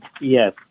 yes